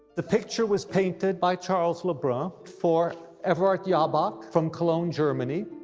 the picture was painted by charles le brun for everhard jabach from cologne germany.